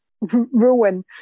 Ruin